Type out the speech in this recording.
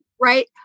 Right